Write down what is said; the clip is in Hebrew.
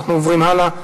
אנחנו עוברים הלאה.